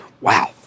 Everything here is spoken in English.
Wow